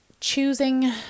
choosing